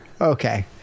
Okay